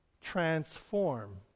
transform